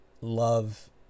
love